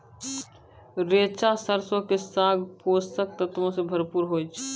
रैचा सरसो के साग पोषक तत्वो से भरपूर होय छै